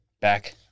Back